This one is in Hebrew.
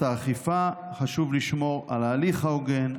האכיפה חשוב לשמור על ההליך ההוגן,